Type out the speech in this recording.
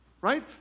right